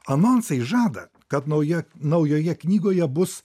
anonsai žada kad nauja naujoje knygoje bus